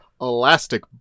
elastic